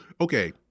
okay